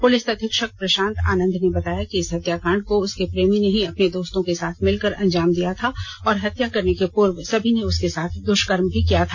police अधीक्षक प्रशांत आनंद ने बताया कि इस हत्याकांड को उसके प्रेमी ने ही अपने दोस्तों के साथ मिल कर अंजाम दिया था और हत्या करने के पूर्व सभी ने उसके साथ दुष्कर्म भी किया था